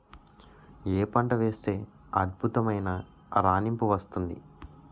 ఏ పంట వేస్తే అద్భుతమైన రాణింపు వస్తుంది?